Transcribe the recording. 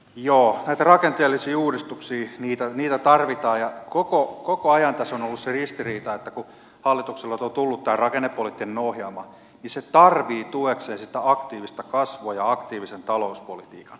joo näitä rakenteellisia uudistuksia tarvitaan ja koko ajan tässä on ollut se ristiriita että kun hallitukselta on tullut tämä rakennepoliittinen ohjelma se tarvitsee tuekseen sitä aktiivista kasvua ja aktiivisen talouspolitiikan